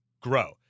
grow